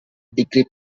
decryption